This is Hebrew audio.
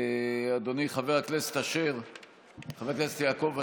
אדוני חבר הכנסת יעקב אשר,